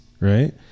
Right